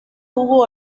dugu